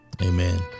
Amen